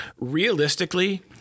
realistically